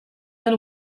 duen